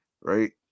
right